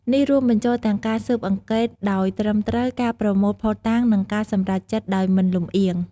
នេះរួមបញ្ចូលទាំងការស៊ើបអង្កេតដោយត្រឹមត្រូវ ការប្រមូលភស្តុតាង និងការសម្រេចចិត្តដោយមិនលំអៀង។